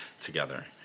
together